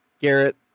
Garrett